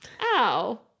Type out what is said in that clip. ow